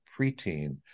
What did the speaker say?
preteen